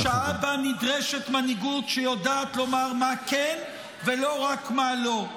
-- שעה שבה נדרשת מנהיגות שיודעת להגיד מה כן ולא רק מה לא,